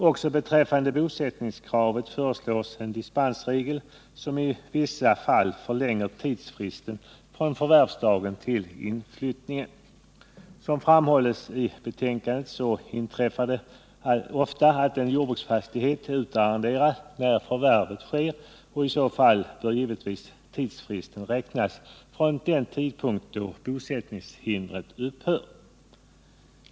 Också beträffande bosättningskravet föreslås en dispensregel, som i vissa fall förlänger tidsfristen från förvärvsdagen till inflyttningen. Som framhålles i betänkandet inträffar det ofta att en jordbruksfastighet är utarrenderad när förvärvet sker, och i så fall bör givetvis tidsfristen räknas från den tidpunkt då bosättningshindret upphör.